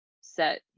set